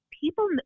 people